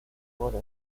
wurde